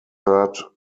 third